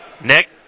Nick